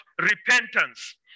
repentance